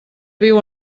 viu